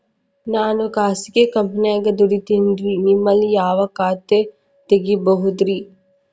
ನಾನು ಖಾಸಗಿ ಕಂಪನ್ಯಾಗ ದುಡಿತೇನ್ರಿ, ನಿಮ್ಮಲ್ಲಿ ಯಾವ ಖಾತೆ ತೆಗಿಬಹುದ್ರಿ?